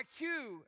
IQ